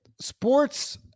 sports